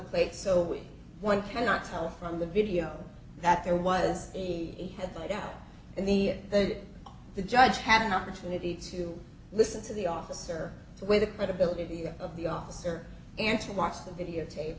plates so one cannot tell from the video that there was a headlight out in the they did the judge had an opportunity to listen to the officer where the credibility of the officer answered watch the videotape